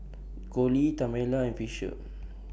Colie Tamela and Fisher